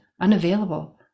unavailable